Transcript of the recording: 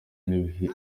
n’ibihe